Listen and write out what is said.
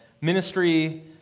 ministry